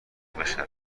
بشوند